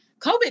COVID